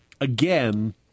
again